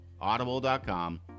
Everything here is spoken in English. audible.com